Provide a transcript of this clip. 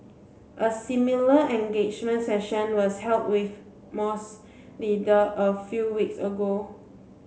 a similar engagement session was held with moss leader a few weeks ago